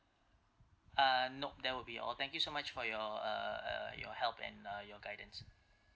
ah nope that will be all thank you so much for your uh uh your help and uh your guidance